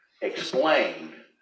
explain